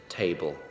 table